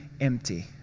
empty